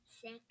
Six